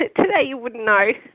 ah today you wouldn't know.